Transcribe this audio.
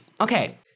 Okay